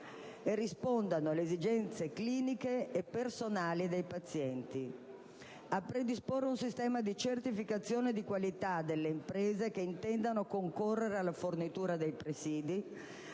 e rispondano alle esigenze cliniche e personali dei pazienti; a predisporre un sistema di certificazione di qualità delle imprese che intendano concorrere alla fornitura dei presidi;